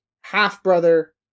half-brother